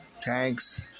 tanks